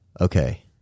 Okay